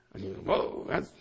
Whoa